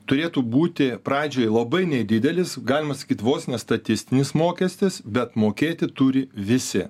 turėtų būti pradžioj labai nedidelis galima sakyt vos ne statistinis mokestis bet mokėti turi visi